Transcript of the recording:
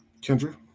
Kendra